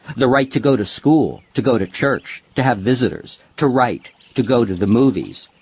the right to go to school, to go to church, to have visitors, to write, to go to the movies.